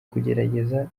kugerageza